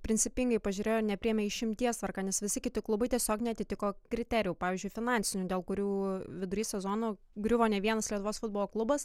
principingai pažiūrėjo ir nepriėmė išimties tvarka nes visi kiti klubai tiesiog neatitiko kriterijų pavyzdžiui finansinių dėl kurių vidury sezono griuvo ne vienas lietuvos futbolo klubas